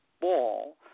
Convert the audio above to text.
ball